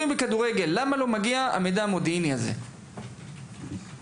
למה לא מגיע מידע מודיעני לגבי הימורים בכדורגל?